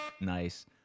Nice